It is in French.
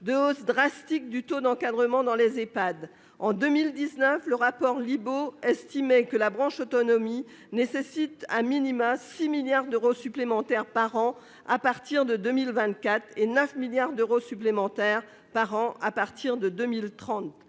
hausse drastique du taux d'encadrement dans les Ehpad, etc. En 2019, le rapport Libault estimait que la branche autonomie nécessiterait 6 milliards d'euros supplémentaires par an à partir de 2024 et 9 milliards d'euros supplémentaires par an à partir de 2030.